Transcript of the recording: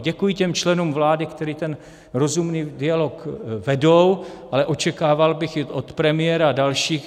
Děkuji těm členům vlády, kteří ten rozumný dialog vedou, ale očekával bych i od premiéra a dalších.